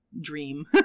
dream